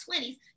20s